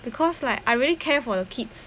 because like I really care for the kids